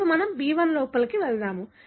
ఇప్పుడు మనం B1 లోకి వెళ్దాం